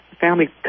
family